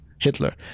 Hitler